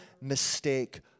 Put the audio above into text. mistake